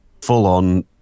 full-on